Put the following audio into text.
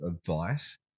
advice